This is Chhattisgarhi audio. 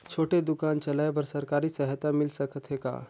छोटे दुकान चलाय बर सरकारी सहायता मिल सकत हे का?